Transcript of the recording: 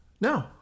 No